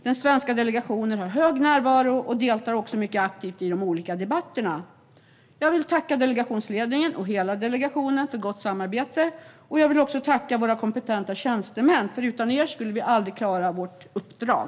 Den svenska delegationen har hög närvaro och deltar mycket aktivt i de olika debatterna. Jag vill tacka delegationsledningen och hela delegationen för gott samarbete, och jag vill tacka våra kompetenta tjänstemän. Utan er skulle vi aldrig klara vårt uppdrag.